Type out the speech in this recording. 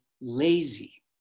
lazy